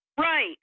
Right